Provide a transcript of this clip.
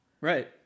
right